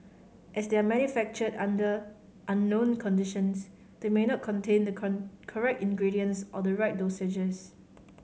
as they are manufactured under unknown conditions they may not contain the correct ingredients or the right dosages